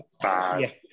bad